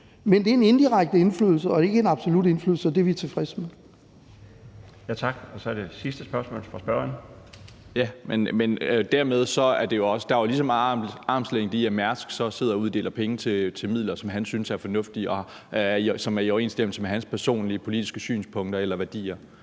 Men det er en indirekte indflydelse og ikke en absolut indflydelse, og det er vi tilfredse med. Kl. 13:57 Den fg. formand (Bjarne Laustsen): Tak. Så er der et sidste spørgsmål fra spørgeren. Kl. 13:57 Mikkel Bjørn (DF): Jamen dermed er der jo lige så meget armslængde i, at Mærsk så sidder og uddeler penge til ting, som han synes er fornuftige, og som er i overensstemmelse med hans personlige politiske synspunkter eller værdier.